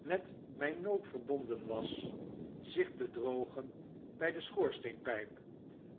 met myn nood verbonden was zich te drogen by de schoorsteenpijp